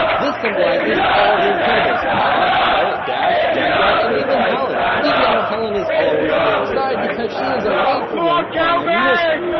this symbolizes all the incredibles. bob, violet, dash, jack-jack and even helen. even though helen is all the way on the other side because she is away from them on a mission,